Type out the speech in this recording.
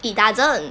it doesn't